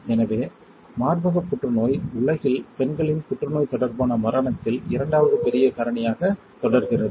எனவே மார்பக புற்றுநோய் உலகில் பெண்களின் புற்றுநோய் தொடர்பான மரணத்தில் இரண்டாவது பெரிய காரணியாக தொடர்கிறது